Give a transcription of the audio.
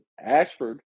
Ashford